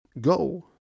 go